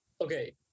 Okay